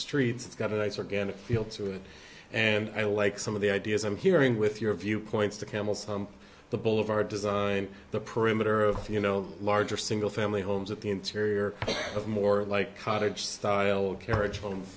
it's got a nice organic feel to it and i like some of the ideas i'm hearing with your view points to camels the boulevard design the perimeter of you know larger single family homes at the interior of more like cottage style carriage ho